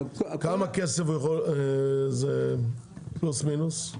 כמה כסף זה פלוס מינוס?